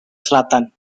selatan